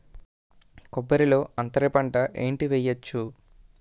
కొబ్బరి లో అంతరపంట ఏంటి వెయ్యొచ్చు?